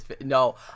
No